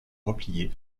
replier